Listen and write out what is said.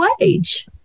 wage